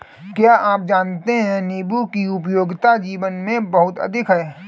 क्या आप जानते है नीबू की उपयोगिता जीवन में बहुत अधिक है